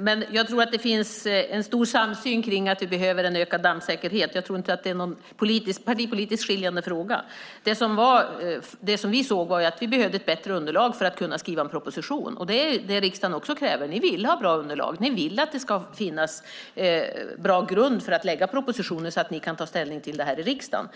Men jag tror att det finns en stor samsyn kring att vi behöver en ökad dammsäkerhet. Jag tror inte att det är någon partipolitiskt skiljande fråga. Det som vi såg var att vi behövde ett bättre underlag för att kunna skriva en proposition, och det är det riksdagen också kräver. Ni vill ha bra underlag. Ni vill att det ska finnas en bra grund för att lägga fram propositioner så att ni kan ta ställning till det här i riksdagen.